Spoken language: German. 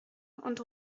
und